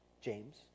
James